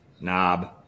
knob